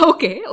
Okay